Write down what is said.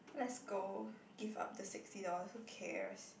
let's go give up the sixty dollars who cares